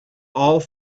all